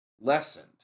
lessened